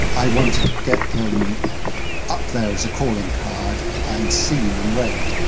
i wanted to get um up there as a calling card and seen and read.